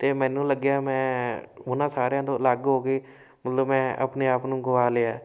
ਅਤੇ ਮੈਨੂੰ ਲੱਗਿਆ ਮੈਂ ਉਹਨਾਂ ਸਾਰਿਆਂ ਤੋਂ ਅਲੱਗ ਹੋ ਕੇ ਮਤਲਬ ਮੈਂ ਆਪਣੇ ਆਪ ਨੂੰ ਗਵਾ ਲਿਆ